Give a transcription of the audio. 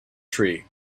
tree